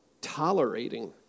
tolerating